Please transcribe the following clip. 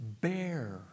bear